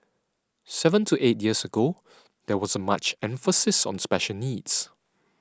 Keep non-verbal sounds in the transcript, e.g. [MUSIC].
seven to eight years ago [NOISE] there wasn't such emphasis on special needs